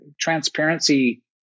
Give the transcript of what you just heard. transparency